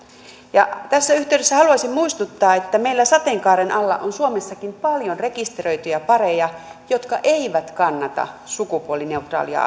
tässä yhteydessä haluaisin muistuttaa että meillä sateenkaaren alla on suomessakin paljon rekisteröityjä pareja jotka eivät kannata sukupuolineutraalia